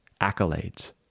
accolades